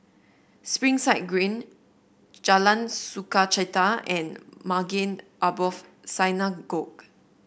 Springside Green Jalan Sukachita and Maghain Aboth Synagogue